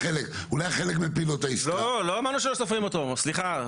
לא אמרנו שלא סופרים אותו, סליחה.